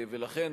ולכן,